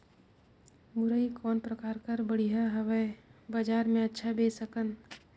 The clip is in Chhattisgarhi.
मुरई कौन प्रकार कर बढ़िया हवय? बजार मे अच्छा बेच सकन